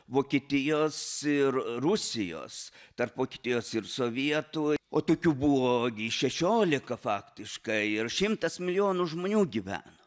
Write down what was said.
vokietijos ir rusijos tarp vokietijos ir sovietų o tokių buvo ogi šešiolika faktiškai ir šimtas milijonų žmonių gyveno